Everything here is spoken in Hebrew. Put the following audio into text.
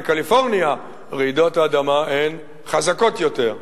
בקליפורניה רעידות האדמה הן חזקות יותר.